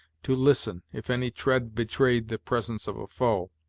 to listen if any tread betrayed the presence of a foe.